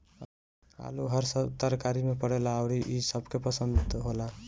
आलू हर तरकारी में पड़ेला अउरी इ सबके पसंद होला